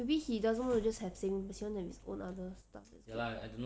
maybe he doesn't want to just have same but he want to have his own other stuff is it